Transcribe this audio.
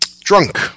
drunk